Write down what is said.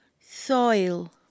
Soil